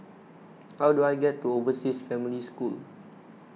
how do I get to Overseas Family School